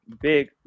big